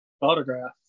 autograph